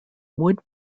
wood